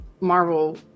Marvel